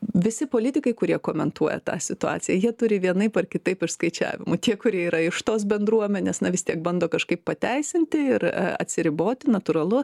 visi politikai kurie komentuoja tą situaciją jie turi vienaip ar kitaip išskaičiavimų čia kurie yra iš tos bendruomenės na vis tiek bando kažkaip pateisinti ir atsiriboti natūralu